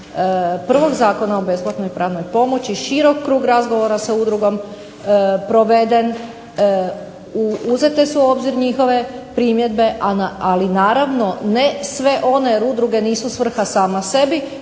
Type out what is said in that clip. prvog Zakona o besplatnoj pravnoj pomoći širok krug razgovora sa udrugom proveden. Uzete su u obzir njihove primjedbe, ali naravno ne sve one jer udruge nisu svrha sama sebi